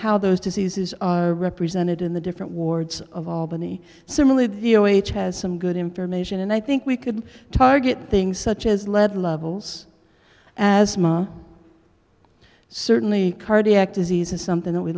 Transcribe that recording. how those diseases are represented in the different wards of albany similarly the o h has some good information and i think we could target things such as lead levels as much certainly cardiac disease is something that we